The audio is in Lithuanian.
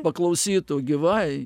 paklausytų gyvai